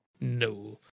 No